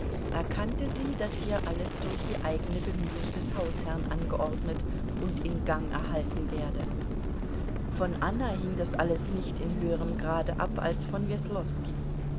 erkannte sie daß hier alles durch die eigene bemühung des hausherrn angeordnet und in gang erhalten werde von anna hing das alles nicht in höherem grade ab als von weslowski